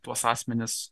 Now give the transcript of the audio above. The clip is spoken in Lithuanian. tuos asmenis